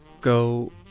go